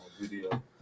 video